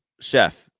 Chef